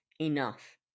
enough